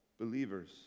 believers